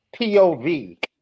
pov